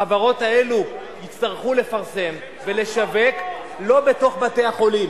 החברות האלה יצטרכו לפרסם ולשווק לא בתוך בתי-החולים.